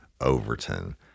Overton